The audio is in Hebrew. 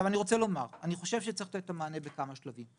אני רוצה לומר שאני חושב שצריך לתת את המענה בכמה שלבים.